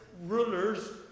rulers